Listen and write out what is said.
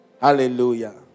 Hallelujah